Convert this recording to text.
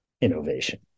innovation